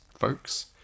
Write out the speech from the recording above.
folks